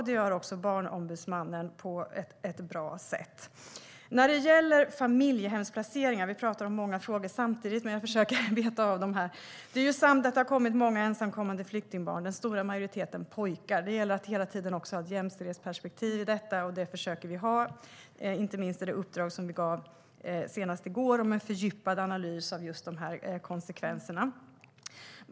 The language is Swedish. Det gör också Barnombudsmannen på ett bra sätt. Vi talar om många frågor samtidigt, men jag försöker att beta av dem. Det är sant att det har kommit många ensamkommande flyktingbarn. Den stora majoriteten är pojkar. Det gäller att hela tiden ha ett jämställdhetsperspektiv i detta, och det försöker vi ha, inte minst i det uppdrag som vi gav senast i går om en fördjupad analys av just dessa konsekvenser.